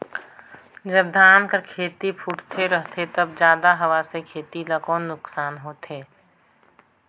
जब धान कर खेती फुटथे रहथे तब जादा हवा से खेती ला कौन नुकसान होथे?